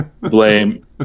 blame